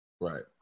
right